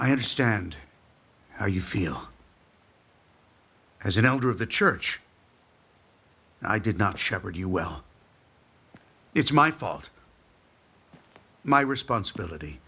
i understand how you feel as an elder of the church i did not shepherd you well it's my fault my responsibility